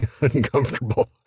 uncomfortable